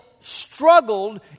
struggled